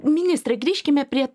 ministre grįžkime prie